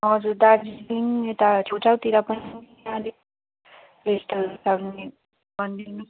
हजुर दार्जिलिङ यता छेउछाउतिर पनि अलिक भनिदिनु होस् न